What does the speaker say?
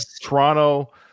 Toronto